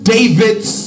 David's